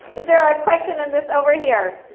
is there a question in this over here?